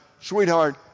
sweetheart